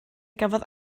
gafodd